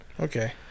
Okay